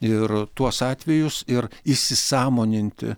ir tuos atvejus ir įsisąmoninti